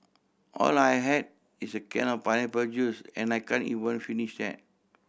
all I had is a can of pineapple juice and I can't even finish that